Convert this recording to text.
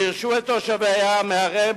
גירשו את תושביה מעריהם,